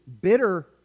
bitter